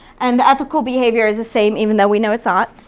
and ethical behavior is the same even though we know it's not.